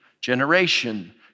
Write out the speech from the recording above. generation